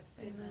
Amen